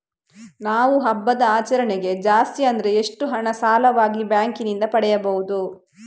ನಾವು ಹಬ್ಬದ ಆಚರಣೆಗೆ ಜಾಸ್ತಿ ಅಂದ್ರೆ ಎಷ್ಟು ಹಣ ಸಾಲವಾಗಿ ಬ್ಯಾಂಕ್ ನಿಂದ ಪಡೆಯಬಹುದು?